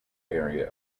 area